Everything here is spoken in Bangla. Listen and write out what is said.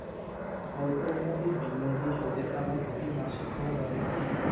সল্প মেয়াদি বিনিয়োগে সুদের টাকা প্রতি মাসে তোলা যাবে কি?